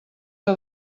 que